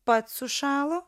pats sušalo